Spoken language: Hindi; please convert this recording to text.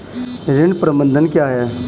ऋण प्रबंधन क्या है?